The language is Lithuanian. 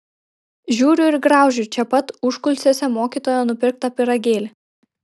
žiūriu ir graužiu čia pat užkulisiuose mokytojo nupirktą pyragėlį